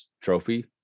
trophy